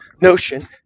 notion